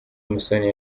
musoni